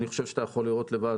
אני חושב שאתה יכול לראות לבד,